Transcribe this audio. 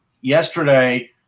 yesterday